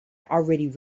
already